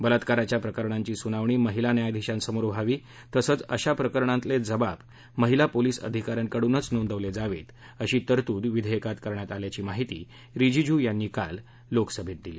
बलात्काराच्या प्रकरणांची सुनावणी महिला न्यायधीशांसमोर व्हावी तसंच अशा प्रकरणांतले जबाब महिला पोलीस अधिकाऱ्यांकडूनच नोंदवले जावेत अशी तरतूद विधेयकात करण्यात आल्याची माहिती रिजीजू यांनी सभागृहाला दिली